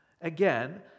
Again